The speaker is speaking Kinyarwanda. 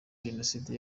jenoside